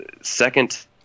second